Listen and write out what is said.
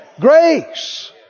Grace